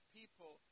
people